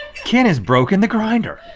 ken has broken the grinder.